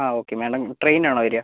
ആ okay madam train ആണോ വരുക